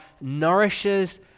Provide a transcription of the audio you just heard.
nourishes